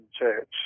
Church